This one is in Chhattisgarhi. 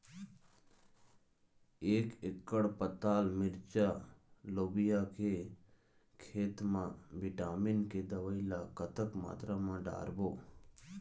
एक एकड़ पताल मिरचा लोबिया के खेत मा विटामिन के दवई ला कतक मात्रा म डारबो?